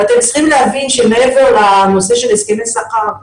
אבל אתם צריכים להבין שמעבר לנושא של הסכמי שכר,